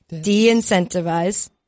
de-incentivize